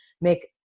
make